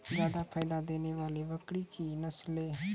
जादा फायदा देने वाले बकरी की नसले?